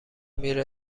میره